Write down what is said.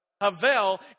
Havel